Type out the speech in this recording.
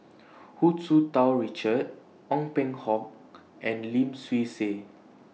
Hu Tsu Tau Richard Ong Peng Hock and Lim Swee Say